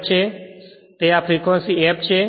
હવે તે આ ફ્રેક્વંસી f છે